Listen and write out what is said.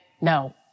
no